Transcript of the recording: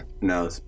No